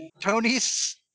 Tony's